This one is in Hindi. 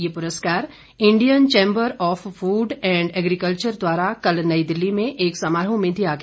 ये पुरस्कार Indian chamber of food and agriculture द्वारा कल नई दिल्ली में एक समारोह में दिया गया